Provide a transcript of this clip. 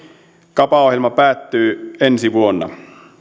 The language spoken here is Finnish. kapa ohjelma päättyy ensi vuonna